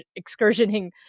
excursioning